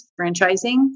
franchising